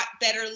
better